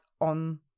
on